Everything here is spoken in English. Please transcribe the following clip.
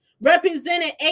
represented